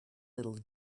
little